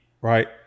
right